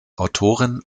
autorin